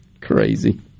Crazy